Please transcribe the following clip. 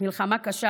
מלחמה קשה,